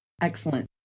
Excellent